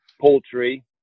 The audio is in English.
poultry